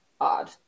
odd